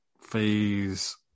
Phase